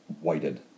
whited